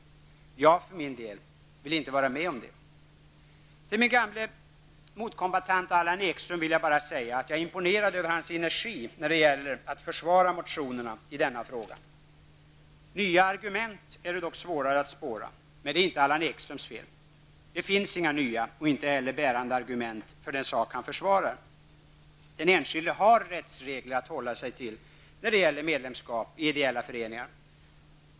Jag för min del vill inte vara med om det. Till min gamle motkombattant Allan Ekström vill jag säga att jag är imponerad av hans energi när det gäller att försvara motionerna i denna fråga. Nya argument är dock svårare att spåra, men det är inte Allan Ekströms fel. Det finns inga nya och inte heller några bärande argument för den sak han försvarar. Den enskilde har rättsregler att hålla sig till när det gäller medlemskap i ideella föreningar.